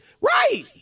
Right